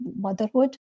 motherhood